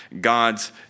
God's